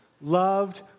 loved